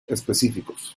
específicos